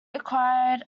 acquired